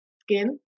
skin